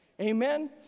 Amen